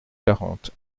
quarante